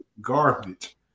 garbage